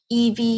EV